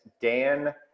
Dan